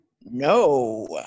no